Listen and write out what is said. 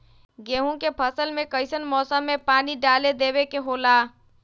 गेहूं के फसल में कइसन मौसम में पानी डालें देबे के होला?